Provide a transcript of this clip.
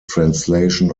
translation